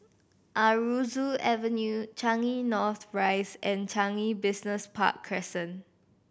Aroozoo Avenue Changi North Rise and Changi Business Park Crescent